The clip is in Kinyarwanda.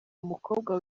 umukobwa